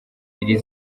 iri